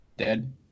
Dead